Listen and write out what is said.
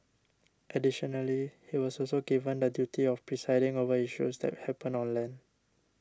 additionally he was also given the duty of presiding over issues that happen on land